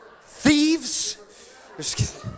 thieves